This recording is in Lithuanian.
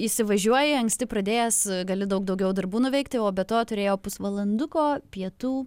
įsivažiuoji anksti pradėjęs gali daug daugiau darbų nuveikti o be to turėjau pusvalanduko pietų